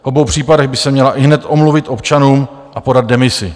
V obou případech by se měla ihned omluvit občanům a podat demisi.